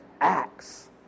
acts